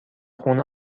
خون